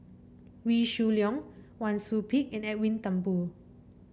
Wee Shoo Leong Wang Sui Pick and Edwin Thumboo